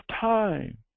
time